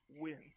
wins